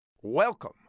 Welcome